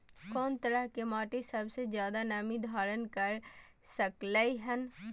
कोन तरह के माटी सबसे ज्यादा नमी धारण कर सकलय हन?